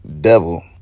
devil